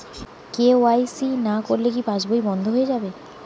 KYC না করলে কি পাশবই বন্ধ হয়ে যাবে?